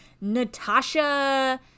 Natasha